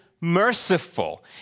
merciful